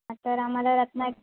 तर आम्हाला रत्ना